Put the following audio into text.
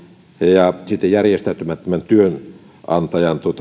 ja järjestäytymättömän työnantajan